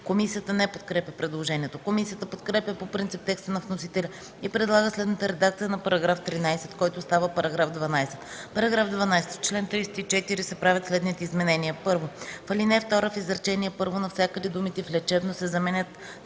Комисията не подкрепя предложението. Комисията подкрепя по принцип текста на вносителя и предлага следната редакция на § 13, който става § 12: „§ 12. В чл. 34 се правят следните изменения: 1. В ал. 2 в изречение първо навсякъде думите „в лечебно” се заменят